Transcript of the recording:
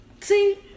see